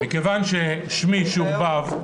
מכיוון ששמי שורבב,